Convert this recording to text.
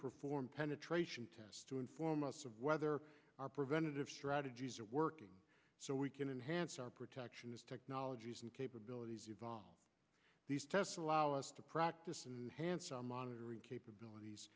perform penetration tests to inform us of whether our preventative strategies are working so we can enhance our protection as technologies and capabilities evolve these tests allow us to practice and handsome monitoring capabilities